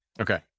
Okay